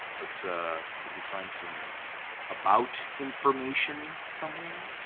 let's ah maybe find some about information somewhere.